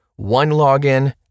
OneLogin